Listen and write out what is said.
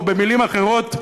במילים אחרות,